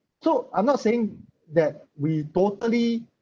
so I'm not saying that we totally